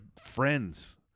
friends